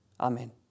Amen